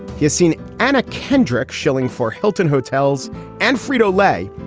he's seen anna kendrick shilling for hilton hotels and frito lay,